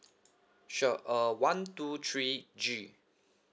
sure uh one two three G